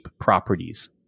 Properties